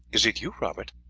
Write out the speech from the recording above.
is it you, robert?